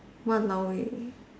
!walao! eh